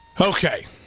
Okay